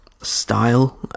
style